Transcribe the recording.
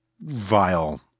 vile